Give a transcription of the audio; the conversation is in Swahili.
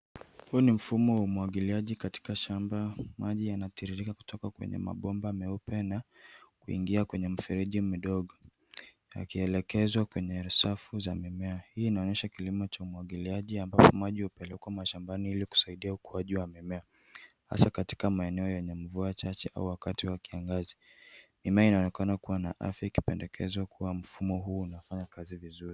Huu ni mfumo wa umwagiliaji katika shamba. Maji yanatiririka kutoka kwenye mabomba meupe na kuingia kwenye mfereji mdogo yakielekezwa kwenye risafu za mimea. Hii inaonyesha kilimo cha umwagiliajiambapo maji hupelekwa mashambani ili kusaidia ukuaji wa mimea hasa katika maeneo yenye mvua chache au wakati wa kiangazi. Mimea inaonekana kuwa na afya ikipendekeza kuwa mfumo huu unafanya kazi vizuri.